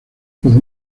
con